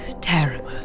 terrible